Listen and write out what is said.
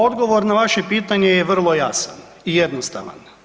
Pa odgovor na vaše pitanje je vrlo jasan i jednostavan.